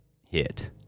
hit